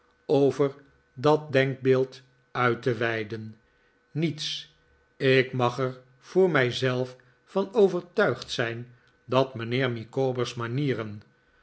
over dat denkbeeld uit te weiden niets ik mag er voor mij zelf van overtuigd zijn dat mijnheer micawber's manieren